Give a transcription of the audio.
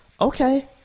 okay